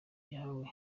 yahawe